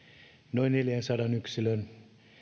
noin neljänsadan yksilön